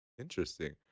interesting